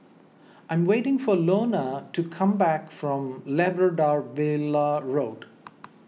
I'm waiting for Iona to come back from Labrador Villa Road